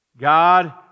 God